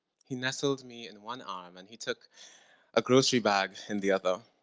he nestled me in one arm and he took a grocery bag in the other.